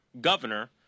governor